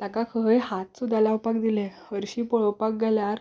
ताका खंय हात सुद्दां लावपाक दिलो हरशीं पळोवपाक गेल्यार